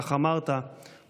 כך אמרת,